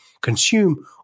consume